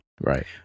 Right